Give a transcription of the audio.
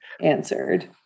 answered